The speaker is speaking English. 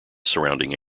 surrounding